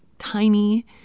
tiny